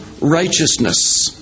righteousness